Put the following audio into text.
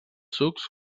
sucs